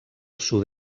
sud